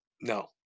No